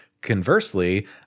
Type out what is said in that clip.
conversely